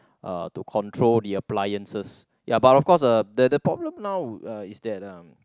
uh to control the appliances ya but of course uh the the problem now uh is that uh